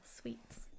sweets